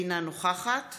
אינה נוכחת